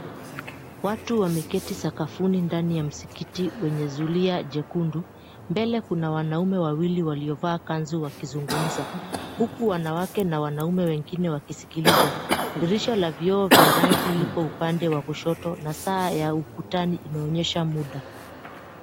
Watu wameketi sakafuni ndani ya msikiti wenye zulia jekundu. Mbele kuna wanaume wawili waliovaa kanzu wakizungumza. Huku wanawake na wanaume wengine wakisikiliza. Dirisha la vioo vya rangi lipo upande wa kushoto na saa ya ukutani inaonesha muda.